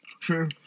True